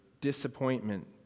disappointment